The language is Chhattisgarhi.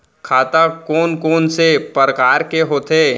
खाता कोन कोन से परकार के होथे?